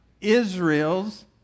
Israel's